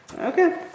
Okay